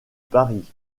paris